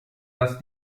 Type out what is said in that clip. dass